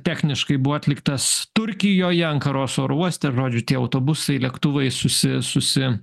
techniškai buvo atliktas turkijoje ankaros oro uoste žodžiu tie autobusai lėktuvai susi susi